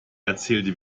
erzählte